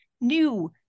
new